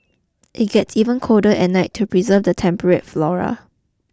it gets even colder at night to preserve the temperate flora